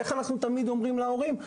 איך אנחנו תמיד אומרים להורים?